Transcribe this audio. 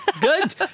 good